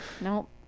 Nope